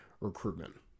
recruitment